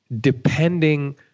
depending